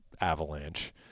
Avalanche